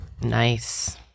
Nice